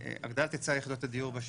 הגדלת היצע יחידות הדיור בשוק.